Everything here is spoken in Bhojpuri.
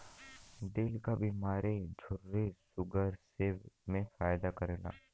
दिल क बीमारी झुर्री सूगर सबे मे फायदा करेला